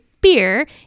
beer